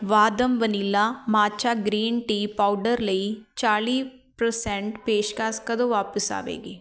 Vahdam vanilla matcha green tea powder ਲਈ ਚਾਲੀ percent ਪੇਸ਼ਕਸ਼ ਕਦੋਂ ਵਾਪਿਸ ਆਵੇਗੀ